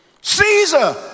Caesar